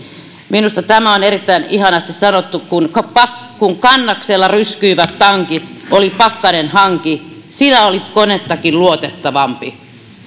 minusta tämä on erittäin ihanasti sanottu ja kun kannaksella ryskyivät tankit oli pakkanen hanki sinä olit konettakin luotettavampi